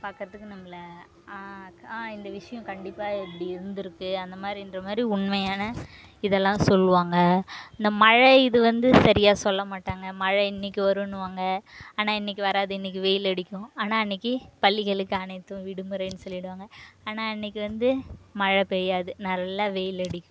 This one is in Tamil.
பாக்கிறதுக்கு நம்மள ஆ இந்த விஷயம் கண்டிப்பாக இப்படி இருந்திருக்கு அந்த மாதிரின்ற மாதிரி உண்மையான இதெல்லாம் சொல்வாங்க இந்த மழை இது வந்து சரியாக சொல்ல மாட்டாங்க மழை இன்னைக்கி வரும்னுவாங்க ஆனால் இன்னைக்கி வராது இன்னைக்கி வெயில் அடிக்கும் ஆனால் அன்னைக்கி பள்ளிகளுக்கு அனைத்தும் விடுமுறைன்னு சொல்லிடுவாங்க ஆனால் அன்னைக்கி வந்து மழை பெய்யாது நல்லா வெயில் அடிக்கும்